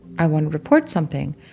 i want to report something.